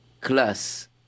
class